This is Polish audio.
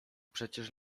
przecież